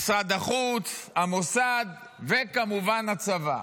משרד החוץ, המוסד וכמובן הצבא.